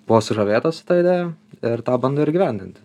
buvo sužavėtas ta idėja ir tą bando ir įgyvendinti